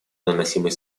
наносимый